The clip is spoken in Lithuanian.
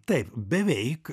taip beveik